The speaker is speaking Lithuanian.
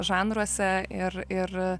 žanruose ir ir